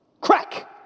crack